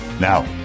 Now